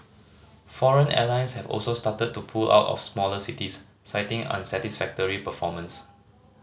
foreign airlines have also started to pull out of smaller cities citing unsatisfactory performance